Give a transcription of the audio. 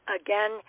Again